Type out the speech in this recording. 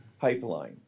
Pipeline